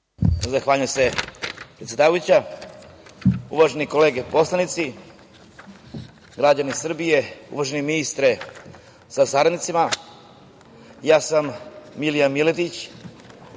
Zahvaljujem se predsedavajuća. Uvažene kolege poslanici, građani Srbije, uvaženi ministre sa saradnicima, ja sam Milija Miletić